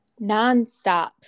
nonstop